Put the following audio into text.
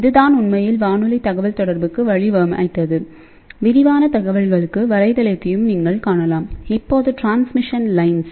இதுதான் உண்மையில் வானொலி தகவல் தொடர்புக்கு வழி அமைத்ததுவிரிவான தகவல்களுக்கு வலைத்தளத்தையும்நீங்கள் காணலாம்இப்போது ட்ரான்ஸ் மிஷன் லைன்ஸ்